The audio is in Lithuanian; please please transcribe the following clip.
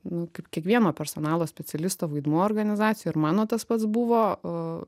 nu kaip kiekvieno personalo specialisto vaidmuo organizacijoj ir mano tas pats buvo